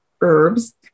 herbs